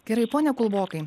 gerai pone kulbokai